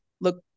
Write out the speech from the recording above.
look